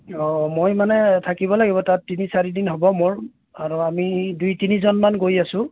অঁ মই মানে থাকিব লাগিব তাত তিনি চাৰিদিন হ'ব মোৰ আৰু আমি দুই তিনিজনমান গৈ আছোঁ